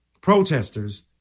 protesters